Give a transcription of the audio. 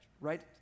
Right